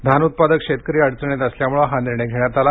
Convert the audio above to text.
धान उत्पादक शेतकरी अडचणीत असल्यामुळे हा निर्णय घेण्यात आला